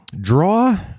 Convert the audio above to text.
draw